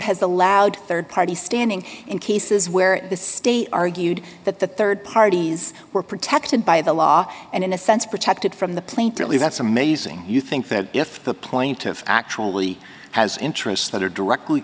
has allowed rd party standing in cases where the state argued that the rd parties were protected by the law and in a sense protected from the plane to leave that's amazing you think that if the point of actually has interests that are directly